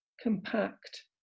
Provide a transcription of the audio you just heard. compact